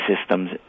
systems